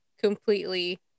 Completely